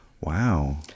Wow